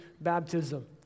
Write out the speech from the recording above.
baptism